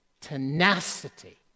tenacity